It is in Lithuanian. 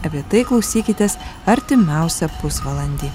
apie tai klausykitės artimiausią pusvalandį